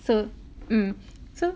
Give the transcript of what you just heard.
so mm so